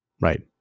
Right